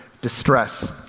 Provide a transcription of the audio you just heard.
distress